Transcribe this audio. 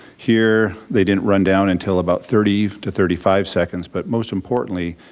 here they didn't run down until about thirty to thirty five seconds, but most importantly,